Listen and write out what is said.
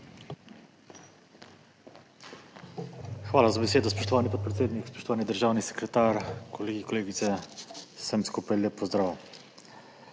Hvala za besedo, spoštovani podpredsednik. Spoštovani državni sekretar, kolegi, kolegice, vsem skupaj lep pozdrav!